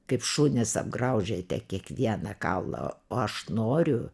kaip šunys apgraužiate kiekvieną kaulą o aš noriu